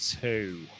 two